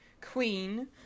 queen